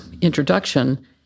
introduction